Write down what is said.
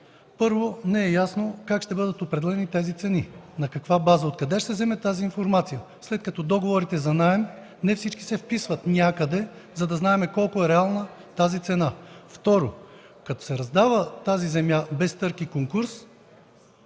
Първо, не е ясно как ще бъдат определени тези цени, на каква база. Откъде ще се вземе тази информация, след като не всички договори за наем се вписват някъде, за да знаем колко е реална тази цена? Второ, като се раздава тази земя без търг и конкурс,